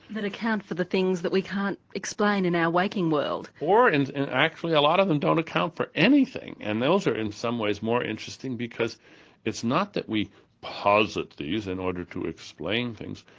that account for the things that we can't explain in our waking world? or and and actually a lot of them don't account for anything and they are also in some ways more interesting because it's not that we posit these in order to explain things,